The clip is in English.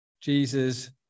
Jesus